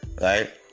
Right